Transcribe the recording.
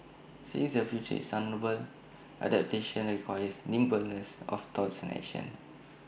since the future is unknowable adaptation requires nimbleness of thoughts and action